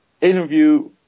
interview